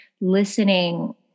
listening